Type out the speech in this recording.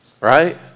right